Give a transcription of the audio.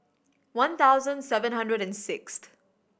one thousand seven hundred and sixth